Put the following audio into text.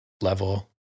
level